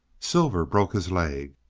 silver broke his leg.